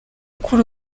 kuri